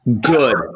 Good